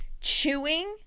chewing